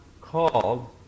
called